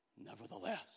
Nevertheless